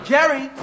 Jerry